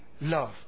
love